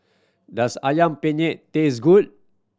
does Ayam Penyet taste good